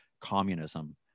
communism